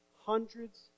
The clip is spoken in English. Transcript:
hundreds